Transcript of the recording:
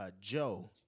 Joe